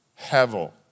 Hevel